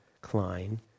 Klein